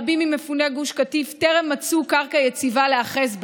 רבים ממפוני גוש קטיף טרם מצאו קרקע יציבה להיאחז בה.